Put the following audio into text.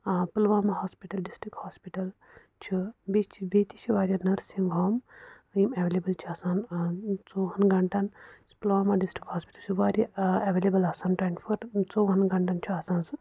آ Pulwama hospital district hospital چھِ بیٚیہِ چھِ بیٚیہِ تہِ چھِ واریاہ نٔرسِنٛگ ہوٗم یِم ایٚولیبُل چھِ آسان ژۄوُہَن گَنٹَن یُس پُلواما ڈِسٹرٕک ہاسپِٹَل چھُ واریاہ ایٚولیبُل آسان ٹُونٛٹِی فور ژۄوُہَن گَنٹَن چھُ آسان سُہ